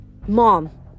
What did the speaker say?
Mom